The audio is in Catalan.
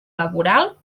laboral